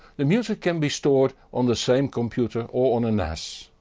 the music can be stored on the same computer or on a nas.